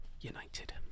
United